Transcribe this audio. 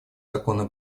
законное